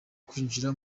kwinjira